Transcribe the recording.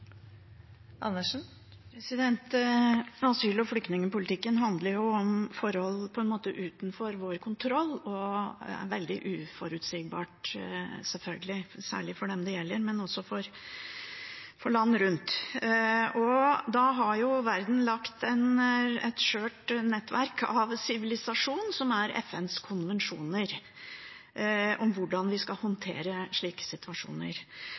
veldig uforutsigbar, selvfølgelig, særlig for dem det gjelder, men også for land rundt. Da har jo verden laget et skjørt nettverk av sivilisasjon, som er FNs konvensjoner og hvordan vi skal håndtere slike situasjoner.